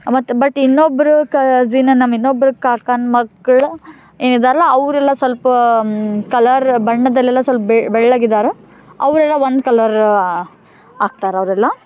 ಮತ್ತು ಬಟ್ ಇನ್ನೊಬ್ರು ಕಝಿನ್ ನಮ್ಮ ಇನ್ನೊಬ್ರು ಕಾಕನ ಮಕ್ಳು ಏನಿದ್ದಾರಲ್ಲ ಅವರೆಲ್ಲ ಸ್ವಲ್ಪ ಕಲರ್ ಬಣ್ಣದಲ್ಲೆಲ್ಲ ಸ್ವಲ್ಪ ಬೆಳ್ಳ ಬೆಳ್ಳಗಿದ್ದಾರೋ ಅವರೆಲ್ಲ ಒಂದು ಕಲರ್ ಆಗ್ತಾರೆ ಅವರೆಲ್ಲ